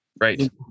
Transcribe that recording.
Right